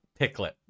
Picklet